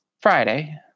Friday